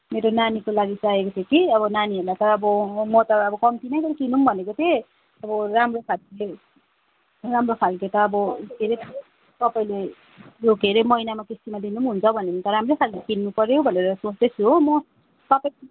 मेरो नानीको लागि चाहिएको थियो कि अब नानीहरूलाई त अब म त अब कम्ती नै किनौँ भनेको थिएँ अब राम्रो खालको राम्रो खालको त अब के अरे तपाईँले त्यो के अरे महिनामा किस्तीमा लिनु पनि हुन्छ भन्यो भने त राम्रै खालको किन्नु पर्यो भनेर सोच्दैछु हो म तपाईँ